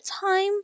time